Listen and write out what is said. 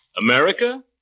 America